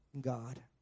God